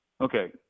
okay